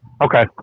Okay